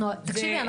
תקשיבי,